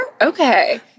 Okay